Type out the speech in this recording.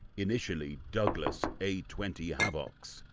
initially, douglas a twenty havocs,